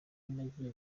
nagiye